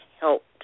helped